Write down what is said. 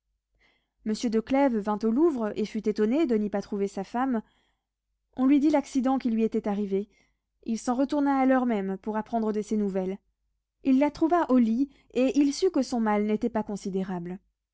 monsieur de clèves vint au louvre et fut étonné de n'y pas trouver sa femme on lui dit l'accident qui lui était arrivé il s'en retourna à l'heure même pour apprendre de ses nouvelles il la trouva au lit et il sut que son mal n'était pas considérable